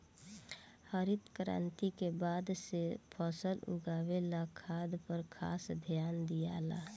हरित क्रांति के बाद से फसल उगावे ला खाद पर खास ध्यान दियाला